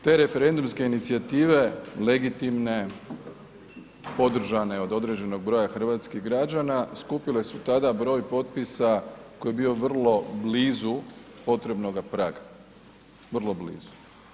Te referendumske inicijative, legitimne, podržane od određenog broja hrvatskih građana, skupile su tada broj potpisa koji je bio vrlo blizu potrebnoga praga, vrlo blizu.